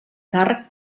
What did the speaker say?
càrrec